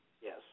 Yes